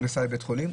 הוא נסע לבית חולים,